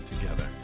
together